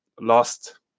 lost